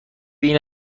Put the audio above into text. این